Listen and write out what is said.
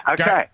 okay